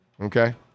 Okay